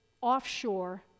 offshore